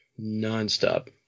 nonstop